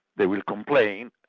they will complain,